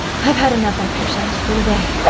i've had enough exercise for the day.